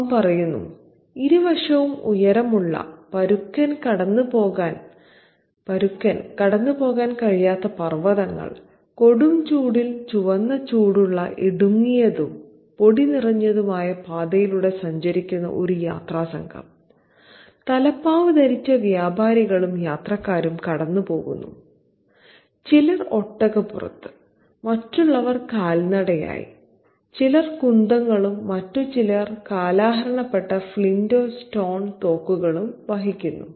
അവൻ പറയുന്നു "ഇരുവശവും ഉയരമുള്ള പരുക്കൻ കടന്നുപോകാൻ കഴിയാത്ത പർവതങ്ങൾ കൊടും ചൂടിൽ ചുവന്ന ചൂടുള്ള ഇടുങ്ങിയതും പൊടി നിറഞ്ഞതുമായ പാതയിലൂടെ സഞ്ചരിക്കുന്ന ഒരു യാത്രാസംഘം തലപ്പാവു ധരിച്ച വ്യാപാരികളും യാത്രക്കാരും കടന്നുപോകുന്നു ചിലർ ഒട്ടകപ്പുറത്ത് മറ്റുള്ളവർ കാൽനടയായി ചിലർ കുന്തങ്ങളും മറ്റു ചിലർ കാലഹരണപ്പെട്ട ഫ്ലിൻറ് സ്റ്റോൺ തോക്കുകളും വഹിക്കുന്നു